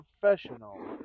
professional